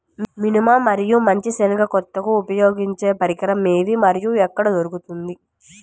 మినుము మరియు మంచి శెనగ కోతకు ఉపయోగించే పరికరం ఏది మరియు ఎక్కడ దొరుకుతుంది?